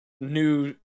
new